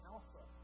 Alpha